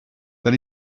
then